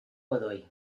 godoy